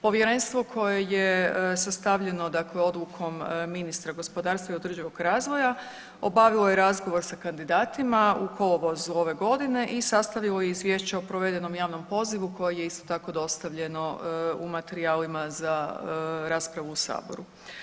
Povjerenstvo koje je sastavljeno odlukom ministra gospodarstva i održivog razvoja obavilo je razgovor sa kandidatima u kolovozu ove godine i sastavilo izvješće o provedenom javnom pozivu koje je isto tako dostavljeno u materijalima za raspravu u Saboru.